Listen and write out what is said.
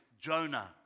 Jonah